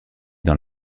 dans